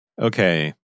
Okay